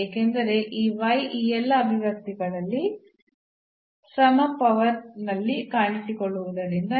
ಏಕೆಂದರೆ ಈ ಈ ಎಲ್ಲಾ ಅಭಿವ್ಯಕ್ತಿಗಳಲ್ಲಿ ಸಮ ಪವರ್ ನಲ್ಲಿ ಕಾಣಿಸಿಕೊಳ್ಳುವುದರಿಂದ